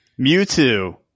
Mewtwo